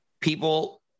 People